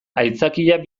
aitzakiak